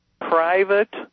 private